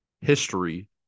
history